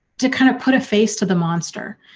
to kind of put a face to the monster.